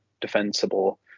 defensible